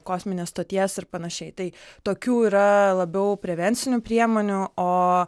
kosminės stoties ir panašiai tai tokių yra labiau prevencinių priemonių o